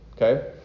Okay